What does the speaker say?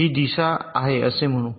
ही दिशा आहे असे म्हणू